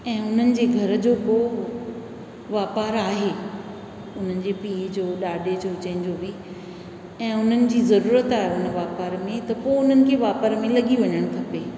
ऐं उन्हनि जे घर जो को वापारु आहे उन्हनि जे पीउ जो ॾाॾे जो जंहिंजो बि ऐं उन्हनि जी ज़रूरत आहे उन वापार में त पोइ उन्हनि खे वापार में लॻी वञणु खपे